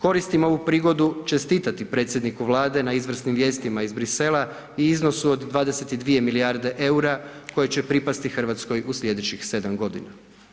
Koristim ovu prigodu čestitati predsjedniku Vlade na izvrsnim vijestima iz Bruxellesu i iznosu od 22 milijarde eura koje će pripasti Hrvatskoj u sljedećih 7 godina.